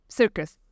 circus